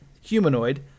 humanoid